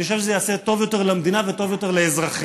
אני חושב שזה יעשה טוב יותר למדינה וטוב יותר לאזרחיה.